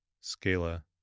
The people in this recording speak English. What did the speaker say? Scala